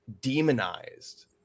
demonized